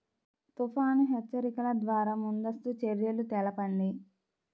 తుఫాను హెచ్చరికల ద్వార ముందస్తు చర్యలు తెలపండి?